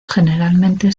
generalmente